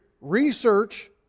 research